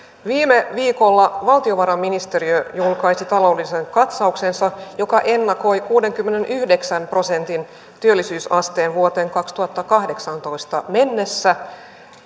viime viikolla valtiovarainministeriö julkaisi taloudellisen katsauksensa joka ennakoi kuudenkymmenenyhdeksän prosentin työllisyysastetta vuoteen kaksituhattakahdeksantoista mennessä